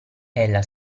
ella